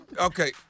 Okay